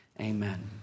Amen